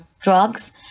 drugs